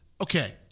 okay